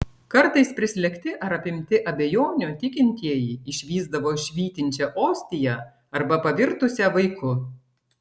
kartais prislėgti ar apimti abejonių tikintieji išvysdavo švytinčią ostiją arba pavirtusią vaiku